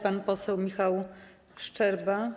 Pan poseł Michał Szczerba.